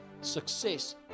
success